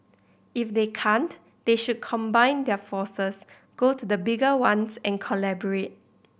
if they can't they should combine their forces go to the bigger ones and collaborate